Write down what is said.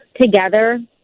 together